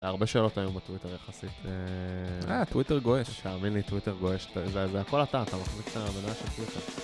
היה הרבה שאלות היום בטוויטר יחסית אה, טוויטר גועש תאמין לי, טוויטר גועש זה הכל אתה, אתה מחזיק את המדע של טוויטר